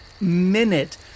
minute